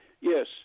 Yes